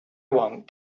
want